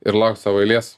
ir laukt savo eilės